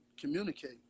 communicate